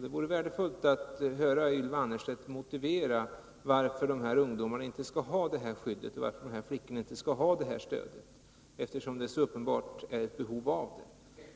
Det vore värdefullt att höra Ylva Annerstedts motivering till varför de här flickorna inte skall få detta skydd och stöd, eftersom det så uppenbart finns ett behov av